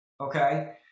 Okay